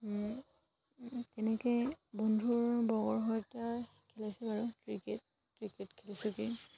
তেনেকৈ বন্ধুৰ বৰ্গৰ সৈতে খেলাইছোঁ বাৰু ক্ৰিকেট ক্ৰিকেট খেলিছোঁ কি